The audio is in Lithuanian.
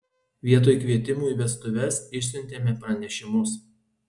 vietoj kvietimų į vestuves išsiuntėme pranešimus